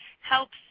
helps